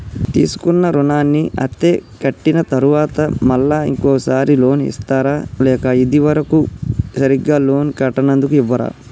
తీసుకున్న రుణాన్ని అత్తే కట్టిన తరువాత మళ్ళా ఇంకో సారి లోన్ ఇస్తారా లేక ఇది వరకు సరిగ్గా లోన్ కట్టనందుకు ఇవ్వరా?